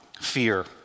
fear